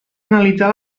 analitzar